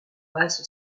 basse